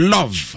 Love